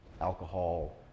alcohol